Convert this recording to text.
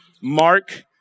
Mark